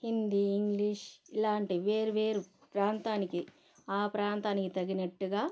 Hindi English లాంటి వేరు వేరు ప్రాంతానికి ఆ ప్రాంతానికి తగినట్టుగా